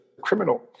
criminal